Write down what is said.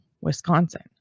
Wisconsin